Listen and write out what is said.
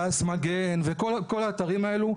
תע"ש מגן וכל האתרים האלו,